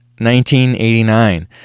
1989